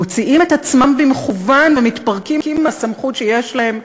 מוציאים את עצמם במכוון ומתפרקים מהסמכות שיש להם,